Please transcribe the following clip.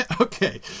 okay